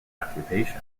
occupation